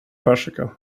persika